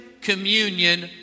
communion